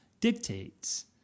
dictates